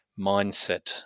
mindset